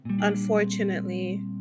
Unfortunately